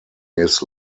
his